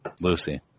Lucy